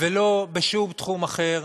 ולא בשום תחום אחר,